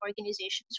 organizations